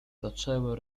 zaczęły